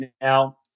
now